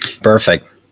Perfect